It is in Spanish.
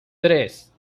tres